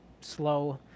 slow